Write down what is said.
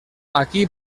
aquí